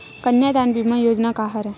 कन्यादान बीमा योजना का हरय?